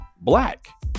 black